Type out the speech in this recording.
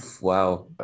Wow